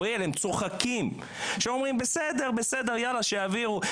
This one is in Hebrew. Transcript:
הם צוחקים, הם אומרים בסדר בסדר, יאללה שיעבירו.